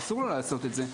אסור לו לעשות את זה.